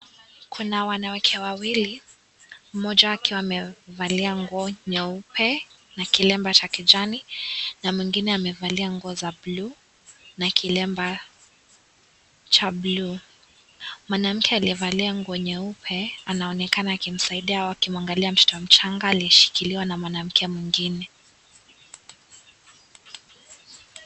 Kuna wanawake wawili mmoja akiwa amevalia nguo nyeupe na kilemba cha kijani na mwingine amevalia nguo za bluu na kilemba cha bluu mwanamke aliyevalia nguo nyeupe anaonekana akimsaidia akimwangalia mtoto mchanga aliyeshikiliwa na mwanamke mwingine .